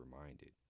reminded